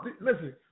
listen